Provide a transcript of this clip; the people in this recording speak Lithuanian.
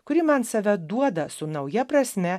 kuri man save duoda su nauja prasme